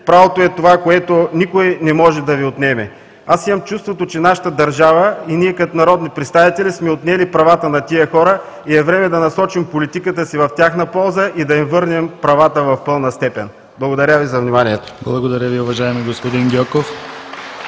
правото е това, което никой не може да Ви отнеме“. Аз имам чувството, че нашата държава и ние като народни представители сме отнели правата на тези хора и е време да насочим политиката си в тяхна полза и да им върнем правата в пълна степен. Благодаря Ви за вниманието. (Ръкопляскания от